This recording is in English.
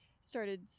started